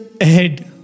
ahead